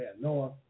Noah